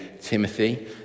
Timothy